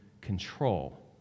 control